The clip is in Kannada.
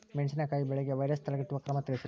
ಮೆಣಸಿನಕಾಯಿ ಬೆಳೆಗೆ ವೈರಸ್ ತಡೆಗಟ್ಟುವ ಕ್ರಮ ತಿಳಸ್ರಿ